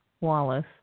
Wallace